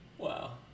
Wow